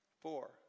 four